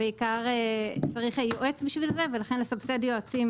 בעיקר צריך יועץ בשביל זה ולכן לסבסד יועצים.